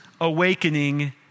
awakening